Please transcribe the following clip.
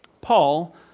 Paul